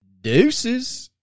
Deuces